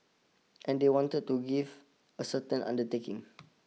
and they wanted to give a certain undertaking